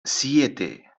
siete